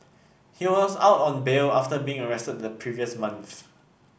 he was out on bail after being arrested the previous month